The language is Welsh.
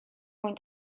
mwyn